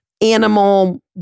animal